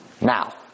Now